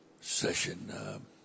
Session